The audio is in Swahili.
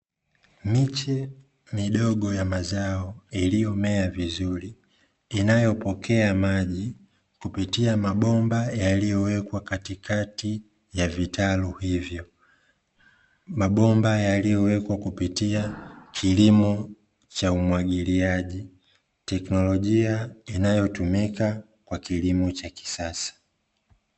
Miche midogo ya mazao iliyomea vizuri, inayopokea maji kupitia mabomba yaliyowekwa katikati ya vitalu hivyo. Mabomba yaliyowekwa kupitia kilimo cha umwagiliaji, teknolojia inayotumika kwa kilimo cha kisasa.